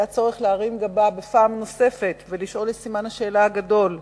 היה צורך להרים גבה פעם נוספת ולהעלות את סימן השאלה הגדול: